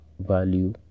value